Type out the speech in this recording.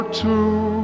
two